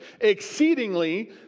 exceedingly